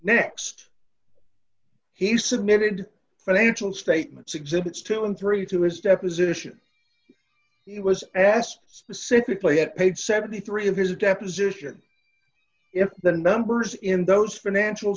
next he submitted financial statements exhibits two and three to his deposition he was asked specifically had paid seventy three of his deposition if the numbers in those financial